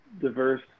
diverse